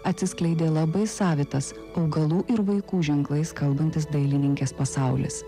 atsiskleidė labai savitas augalų ir vaikų ženklais kalbantis dailininkės pasaulis